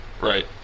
Right